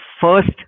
first